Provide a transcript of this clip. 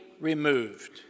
removed